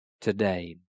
today